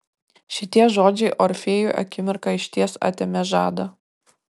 šitie žodžiai orfėjui akimirką išties atėmė žadą